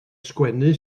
sgwennu